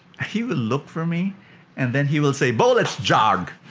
he will look for me and then he will say, bo, let's jog.